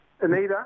Anita